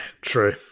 True